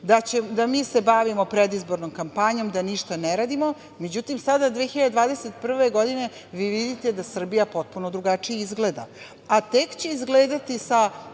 da se mi bavimo predizbornom kampanjom, da ništa ne radimo. Međutim, sada 2021. godine vi vidite da Srbija potpuno drugačije izgleda, a tek će izgledati sa